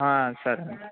సరే అండి